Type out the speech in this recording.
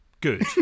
good